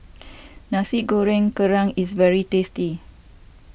Nasi Goreng Kerang is very tasty